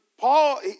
Paul